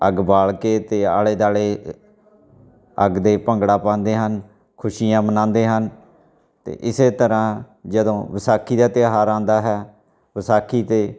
ਅੱਗ ਬਾਲ ਕੇ ਅਤੇ ਆਲੇ ਦੁਆਲੇ ਅੱਗ ਦੇ ਭੰਗੜਾ ਪਾਉਂਦੇ ਹਨ ਖੁਸ਼ੀਆਂ ਮਨਾਉਂਦੇ ਹਨ ਅਤੇ ਇਸੇ ਤਰ੍ਹਾਂ ਜਦੋਂ ਵਿਸਾਖੀ ਦਾ ਤਿਉਹਾਰ ਆਉਂਦਾ ਹੈ ਵਿਸਾਖੀ 'ਤੇ